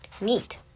Neat